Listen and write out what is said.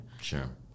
Sure